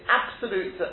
absolute